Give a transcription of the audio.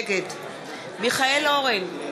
נגד מיכאל אורן,